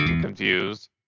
confused